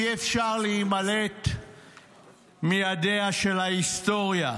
אי-אפשר להימלט מידיה של ההיסטוריה.